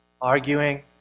arguing